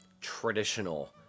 traditional